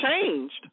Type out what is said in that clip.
changed